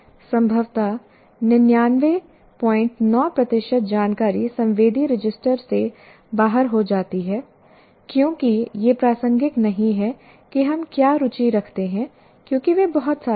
संभवत 999 प्रतिशत जानकारी संवेदी रजिस्टर से बाहर हो जाती है क्योंकि यह प्रासंगिक नहीं है कि हम क्या रुचि रखते हैं क्योंकि वे बहुत सारे हैं